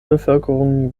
bevölkerung